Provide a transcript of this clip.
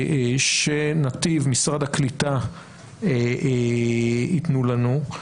שנתיב, משרד הקליטה יתנו לנו.